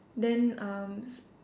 then um